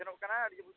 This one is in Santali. ᱥᱮᱱᱚᱜ ᱠᱟᱱᱟ